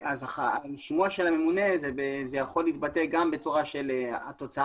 השימוש של הממונה יכול להתבטא גם בצורת התוצאה,